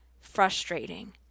frustrating